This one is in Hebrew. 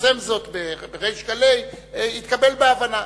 פרסם זאת בריש גלי, זה התקבל בהבנה.